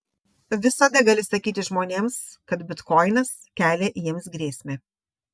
visada gali sakyti žmonėms kad bitkoinas kelia jiems grėsmę